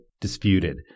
disputed